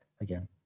again